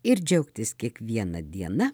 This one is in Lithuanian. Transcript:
ir džiaugtis kiekviena diena